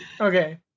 okay